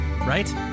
right